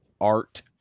art